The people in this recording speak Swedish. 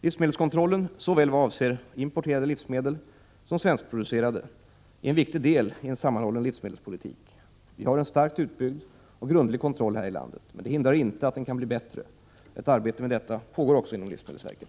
Livsmedelskontrollen, vad gäller såväl importerade livsmedel som svenskproducerade, är en viktig del i en sammanhållen livsmedelspolitik. Vi har en starkt utbyggd och grundlig kontroll här i landet. Det hindrar inte att den kan bli bättre. Ett arbete med detta pågår också inom livsmedelsverket.